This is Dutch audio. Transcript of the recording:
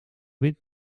wind